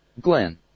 Glenn